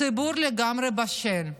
הציבור לגמרי בשל.